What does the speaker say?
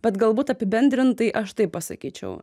bet galbūt apibendrintai aš taip pasakyčiau